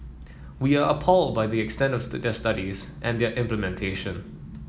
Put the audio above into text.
we are appalled by the extent of the studies and their implementation